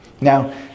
Now